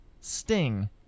Sting